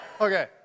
Okay